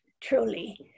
truly